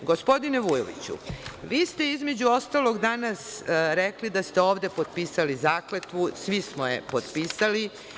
Gospodine Vujoviću, vi ste između ostalog danas rekli da ste ovde potpisali zakletvu, svi smo je potpisali.